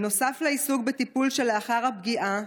נוסף לעיסוק בטיפול שלאחר הפגיעה,